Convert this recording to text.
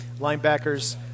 Linebackers